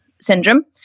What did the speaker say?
syndrome